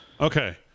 Okay